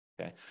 okay